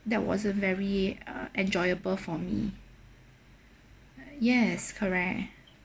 that wasn't very uh enjoyable for me yes correct